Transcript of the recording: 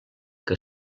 que